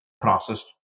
processed